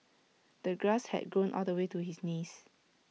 the grass had grown all the way to his knees